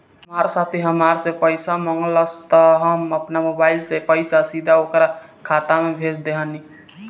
हमार साथी हामरा से पइसा मगलस त हम आपना मोबाइल से पइसा सीधा ओकरा खाता में भेज देहनी